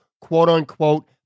quote-unquote